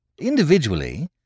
Individually